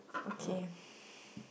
okay